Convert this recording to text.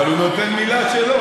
אבל הוא נותן מילה שלו.